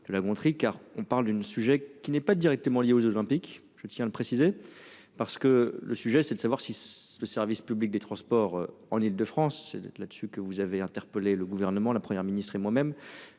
De La Gontrie, car on parle d'une sujet qui n'est pas directement lié aux Olympiques je tiens à le préciser parce que le sujet c'est de savoir si. Le service public des transports en Île-de-France. Et de là dessus que vous avez interpellé le gouvernement, la Première ministre et moi-même